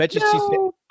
No